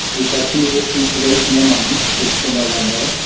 we tried furiously to raise more money to extend our runway,